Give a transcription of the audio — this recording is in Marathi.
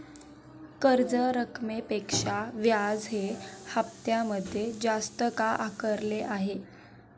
कर्ज रकमेपेक्षा व्याज हे हप्त्यामध्ये जास्त का आकारले आहे?